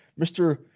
Mr